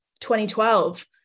2012